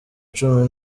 cumi